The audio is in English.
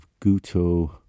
Guto